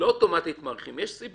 לא אוטומטית מאריכים, יש סיבות.